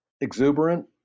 exuberant